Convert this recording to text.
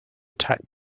attack